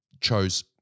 chose